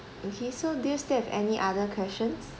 okay so do you still have any other questions